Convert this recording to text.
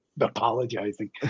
apologizing